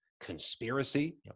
conspiracy